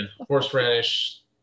horseradish